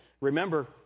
Remember